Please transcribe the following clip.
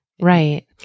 Right